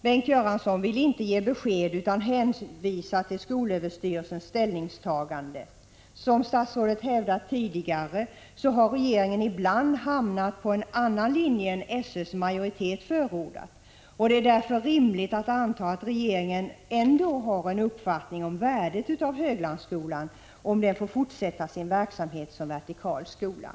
Bengt Göransson vill inte ge besked utan hänvisar till skolöverstyrelsens ställningstagande. Regeringen har ibland, som statsrådet tidigare hävdat, hamnat på en annan linje än den som SÖ:s majoritet förordat. Det är därför rimligt att anta att regeringen ändå har en uppfattning om värdet av Höglandsskolan, om den får fortsätta sin verksamhet som vertikal skola.